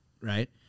Right